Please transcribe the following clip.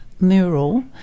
Mural